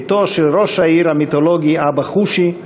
בתו של ראש העיר המיתולוגי אבא חושי,